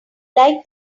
like